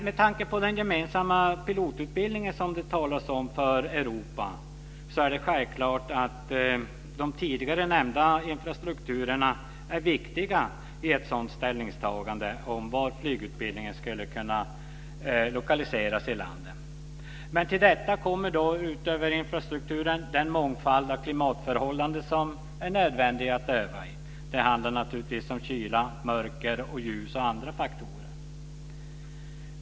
Med tanke på den gemensamma pilotutbildning för Europa som det talas om är det självklart att de tidigare nämnda infrastrukturerna är viktiga i ett ställningstagande om var flygutbildningen ska lokaliseras i landet. Till detta kommer då, utöver infrastrukturen, den mångfald av klimatförhållanden som är nödvändiga att öva i. Det handlar naturligtvis om kyla, mörker, ljus och andra faktorer.